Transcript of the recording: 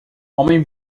homem